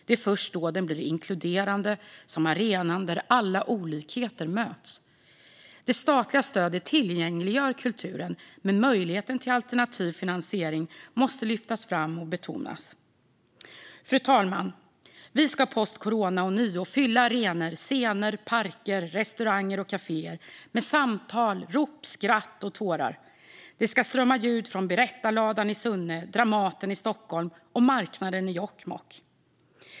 Det är först då den blir en inkluderande arena där alla olikheter möts. Det statliga stödet tillgängliggör kulturen, men möjligheten till alternativ finansiering måste lyftas fram och betonas. Fru talman! Vi ska "post corona" ånyo fylla arenor, scener, parker, restauranger och kaféer med samtal, rop, skratt och tårar. Det ska strömma ljud från Berättarladan i Sunne, Dramaten i Stockholm och marknaden i Jokkmokk.